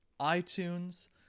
iTunes